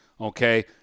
Okay